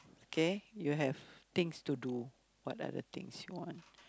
K you have things to do what are the things you want